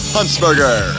Huntsberger